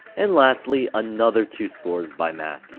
and lastly another two scores by mathi.